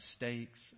mistakes